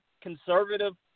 conservative